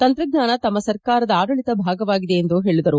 ತಂತ್ರಜ್ಞಾನ ತಮ್ಮ ಸರ್ಕಾರದ ಆದಳಿತ ಭಾಗವಾಗಿದೆ ಎಂದು ಹೇಳಿದರು